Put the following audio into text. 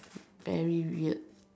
very weird